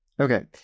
Okay